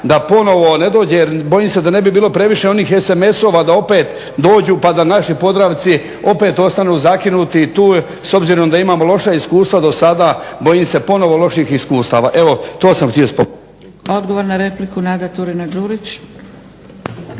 da ponovo ne dođe, jer bojim se da ne bi bilo previše onih sms-ova, da opet dođu pa da naši podravci opet ostanu zakinuti i tu, s obzirom da imamo loša iskustva do sada, bojim se ponovo loših iskustava. Evo, to sam htio …/Govornik se isključio./...